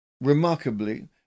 Remarkably